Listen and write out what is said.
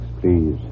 please